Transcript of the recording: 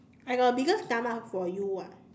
I got bigger stomach from you [what]